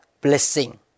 blessing